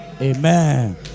Amen